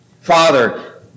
Father